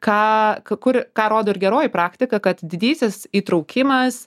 ką kur ką rodo ir geroji praktika kad didysis įtraukimas